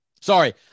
Sorry